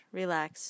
relax